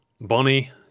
Bonnie